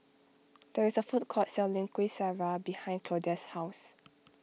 there is a food court selling Kuih Syara behind Claudia's house